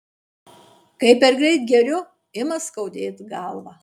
kai per greit geriu ima skaudėt galvą